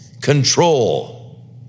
Control